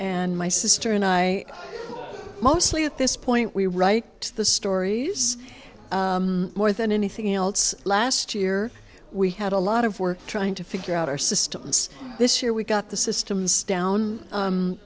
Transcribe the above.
and my sister and i mostly at this point we write the stories more than anything else last year we had a lot of work trying to figure out our systems this year we got the systems down